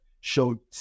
show